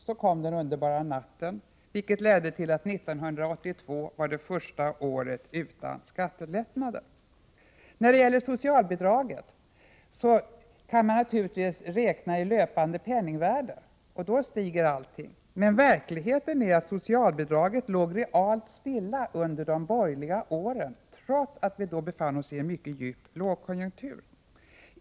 Så kom den underbara natten, vilket ledde till att 1982 var det första året utan skattelättnader. När det gäller socialbidraget kan man naturligtvis räkna i löpande penningvärde. Då stiger allting. Men verkligheten är att socialbidraget realt låg stilla under de borgerliga åren, trots att vi då befann oss i en mycket djup lågkonjunktur.